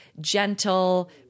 gentle